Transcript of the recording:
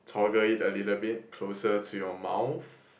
toggle it a little bit closer to your mouth